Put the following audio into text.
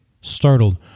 Startled